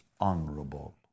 honorable